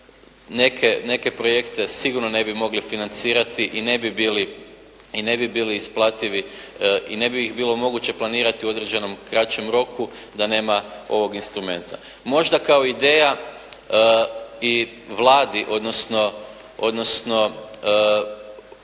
neke projekte sigurno ne bi mogli financirati i ne bi bili isplativi i ne bi ih bilo moguće planirati u određenom kraćem roku da nema ovog instrumenta. Možda kao ideja i Vladi, odnosno kao